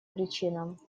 причинам